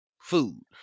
food